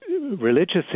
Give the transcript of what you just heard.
religious